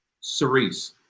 Cerise